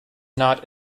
not